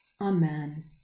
Amen